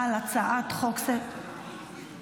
הצעת חוק סדר הדין הפלילי (סמכויות אכיפה,